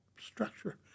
structure